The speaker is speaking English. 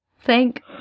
Thank